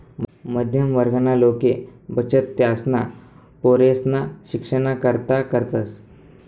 मध्यम वर्गना लोके बचत त्यासना पोरेसना शिक्षणना करता करतस